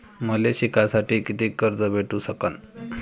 मले शिकासाठी कितीक कर्ज भेटू सकन?